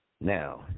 Now